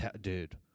Dude